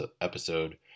episode